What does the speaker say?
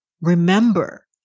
Remember